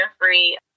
Free